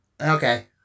okay